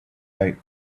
night